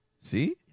See